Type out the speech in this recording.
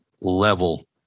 level